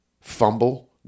fumble